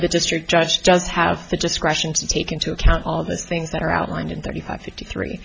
the district judge does have the discretion to take into account all those things that are outlined in thirty five fifty three